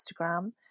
Instagram